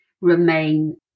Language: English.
remain